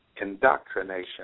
indoctrination